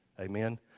Amen